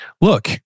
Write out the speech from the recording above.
Look